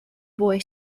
boy